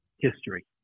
history